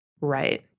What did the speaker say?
right